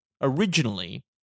originally